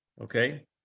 okay